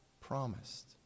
promised